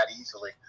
easily